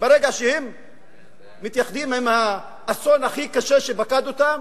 ברגע שהם מתייחדים עם האסון הכי קשה שפקד אותם?